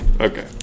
Okay